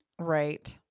Right